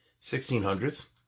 1600s